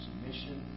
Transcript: Submission